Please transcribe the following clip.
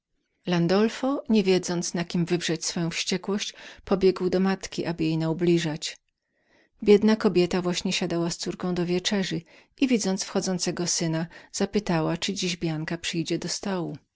nie wiedząc na kim wywrzeć swoją wściekłość pobiegł do matki aby na niej pomścić swojej krzywdy biedna kobieta właśnie siadała z córką do wieczerzy i widząc syna wchodzącego zapytała czy dziś bianka przyjdzie do stołu